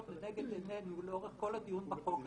לנגד עינינו לאורך כל הדיון בחוק הזה.